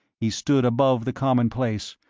he stood above the commonplace,